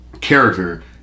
character